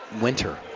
winter